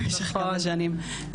במשך כמה שנים,